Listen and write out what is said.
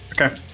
Okay